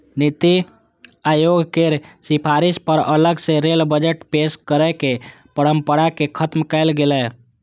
नीति आयोग केर सिफारिश पर अलग सं रेल बजट पेश करै के परंपरा कें खत्म कैल गेलै